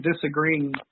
disagreeing